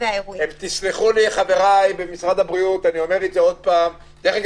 יסלחו לי חבריי במשרד הבריאות אגב,